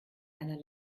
einer